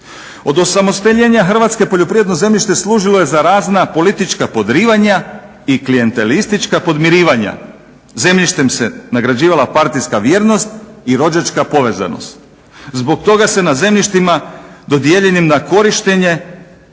Od osamostaljenja Hrvatske poljoprivredno zemljište služilo je za razna politička podrivanja i klijentelistička podmirivanja, zemljištem se nagrađivala partijska vrijednost i rođačka povezanost. Zbog toga se na zemljištima dodijeljenim na korištenje,